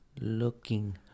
Looking